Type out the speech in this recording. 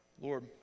Lord